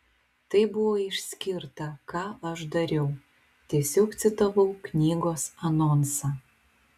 tai buvo išskirta ką aš dariau tiesiog citavau knygos anonsą